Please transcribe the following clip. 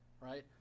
right